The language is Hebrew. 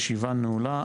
הישיבה נעולה,